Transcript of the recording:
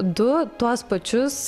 du tuos pačius